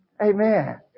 Amen